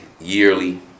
yearly